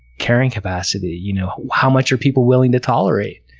caring capacity. you know how much are people willing to tolerate?